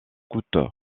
coûte